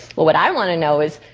well what i wanna know is,